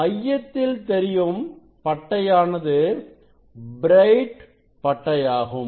மையத்தில் தெரியும் பட்டையானது பிரைட் பட்டை ஆகும்